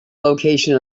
location